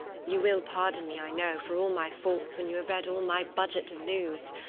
you will pardon me, i know, for all my faults when you have read all my budget of news.